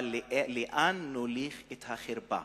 אבל לאן נוליך את החרפה.